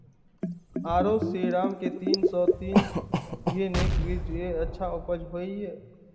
आरो श्रीराम के तीन सौ तीन भी नीक बीज ये अच्छा उपज होय इय?